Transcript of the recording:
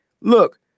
look